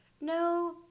no